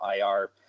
IR